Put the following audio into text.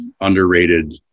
underrated